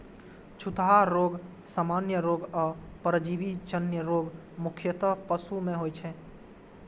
छूतहा रोग, सामान्य रोग आ परजीवी जन्य रोग मुख्यतः पशु मे होइ छै